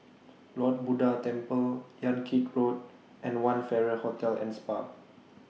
Lord Buddha Temple Yan Kit Road and one Farrer Hotel and Spa